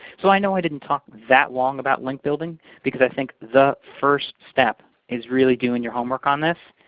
so i know i didn't talk that long about link building because i think the first step is is really doing your homework on this,